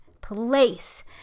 place